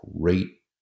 great